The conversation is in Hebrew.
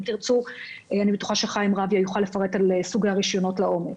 ואם תרצו חיים רביה יוכל לפרט לעומק על סוגי הרישיונות האלה.